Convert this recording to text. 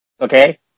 Okay